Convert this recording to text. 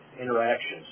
interactions